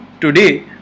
today